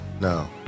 no